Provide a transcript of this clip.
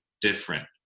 different